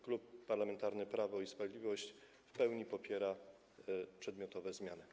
Klub Parlamentarny Prawo i Sprawiedliwość w pełni popiera przedmiotowe zmiany.